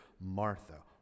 Martha